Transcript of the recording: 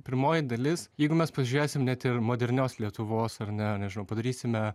pirmoji dalis jeigu mes pažiūrėsim net ir modernios lietuvos ar ne nežinau padarysime